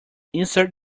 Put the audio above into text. insert